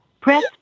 press